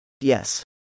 Yes